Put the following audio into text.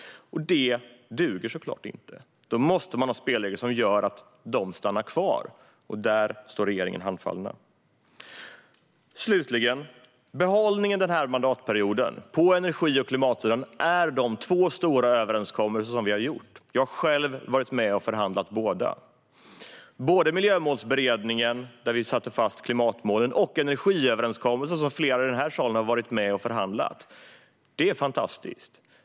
Det duger såklart inte. Man måste ha spelregler som gör att biogasbilarna blir kvar. Där står regeringen handfallen. Slutligen: Behållningen på energi och klimatsidan den här mandatperioden är de två stora överenskommelser som vi har gjort. Jag har själv varit med och förhandlat fram båda. Både Miljömålsberedningen, där vi slog fast klimatmålen, och energiöverenskommelsen, som flera i den här salen har varit med och förhandlat fram, är fantastiska.